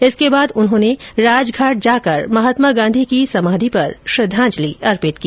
इसके बाद उन्होंने राजघाट जाकर महात्मा गांधी की समाधी पर श्रृद्वाजंलि अर्पित की